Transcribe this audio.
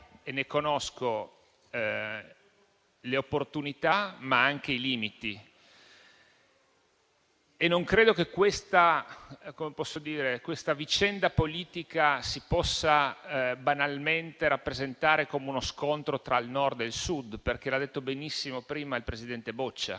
e ne conosco le opportunità, ma anche i limiti. Non credo che questa vicenda politica si possa banalmente rappresentare come uno scontro tra il Nord e il Sud, perché - l'ha detto benissimo prima il presidente Boccia